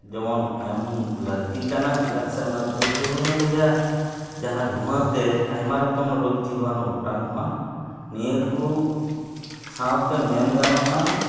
ᱡᱮᱢᱚᱱ ᱮᱢ ᱞᱟᱹᱠᱛᱤ ᱠᱟᱱᱟ ᱪᱮᱫᱟᱜ ᱥᱮ ᱚᱱᱟ ᱫᱷᱩᱯ ᱫᱷᱩᱲᱟᱹᱨᱮᱭᱟᱜ ᱡᱟᱦᱟᱸ ᱫᱷᱩᱣᱟᱹᱛᱮ ᱟᱭᱢᱟ ᱨᱚᱠᱚᱢ ᱨᱳᱜᱽ ᱡᱤᱵᱟᱱᱩ ᱚᱴᱟᱝᱚᱜᱼᱟ ᱱᱤᱣᱟᱹᱠᱚ ᱥᱟᱶᱛᱮ ᱢᱮᱱᱜᱟᱱᱚᱜᱼᱟ